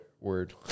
word